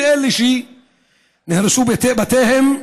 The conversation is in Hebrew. ואלה שנהרסו בתיהם,